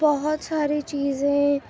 بہت ساری چیزیں